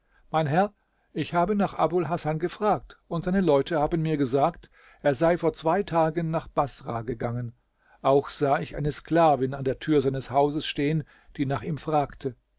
mein herr ich habe nach abul hasan gefragt und seine leute haben mir gesagt er sei vor zwei tagen nach baßrah gegangen auch sah ich eine sklavin an der tür seines hauses stehen die nach ihm fragte